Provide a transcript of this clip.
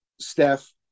Steph